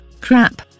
crap